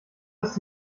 ist